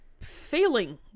failing